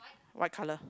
white color